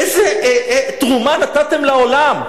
איזו תרומה נתתם לעולם?